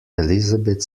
elizabeth